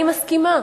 אני מסכימה.